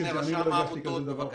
אני לא הגשתי דבר כזה.